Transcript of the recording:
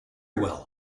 well